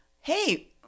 hey